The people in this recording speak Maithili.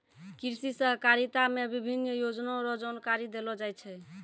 कृषि सहकारिता मे विभिन्न योजना रो जानकारी देलो जाय छै